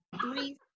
three